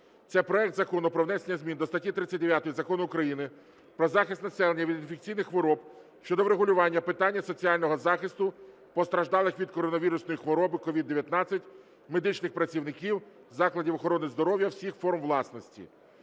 Це проект Закону про внесення змін до статті 39 Закону України "Про захист населення від інфекційних хвороб" щодо врегулювання питання соціального захисту постраждалих від коронавірусної хвороби (COVID-19) медичних працівників закладів охорони здоров’я всіх форм власності.